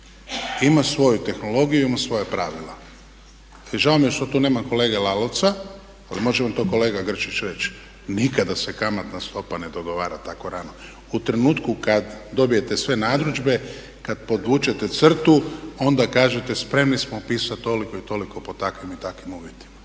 ima svoju tehnologiju, ima svoja pravila. I žao mi je što tu nema kolege Lalovca, ali može vam to kolega Grčić reći. Nikada se kamatna stopa ne dogovara tako rano. U trenutku kad dobijete sve narudžbe, kad podvučete crtu onda kažete spremni smo upisati toliko i toliko po takvim i takvim uvjetima.